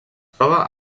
troba